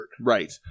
Right